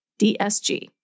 DSG